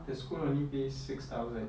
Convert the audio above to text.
the school only pay six thousand